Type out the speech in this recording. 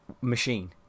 machine